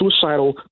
Suicidal